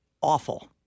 awful